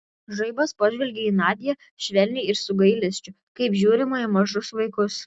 žaibas pažvelgė į nadią švelniai ir su gailesčiu kaip žiūrima į mažus vaikus